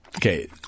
Okay